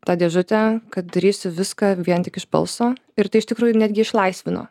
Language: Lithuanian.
tą dėžutę kad darysiu viską vien tik iš balso ir tai iš tikrųjų netgi išlaisvino